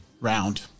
round